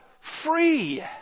free